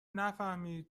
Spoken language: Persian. نفهمید